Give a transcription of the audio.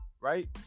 Right